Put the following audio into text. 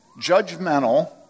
judgmental